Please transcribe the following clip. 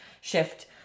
shift